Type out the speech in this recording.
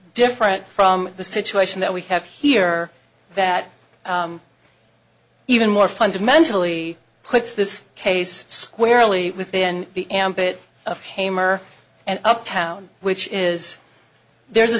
different from the situation that we have here that even more fundamentally puts this case squarely within the ambit of hammer and uptown which is there's a